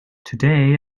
today